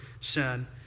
sin